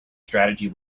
strategy